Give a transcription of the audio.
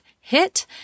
hit